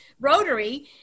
Rotary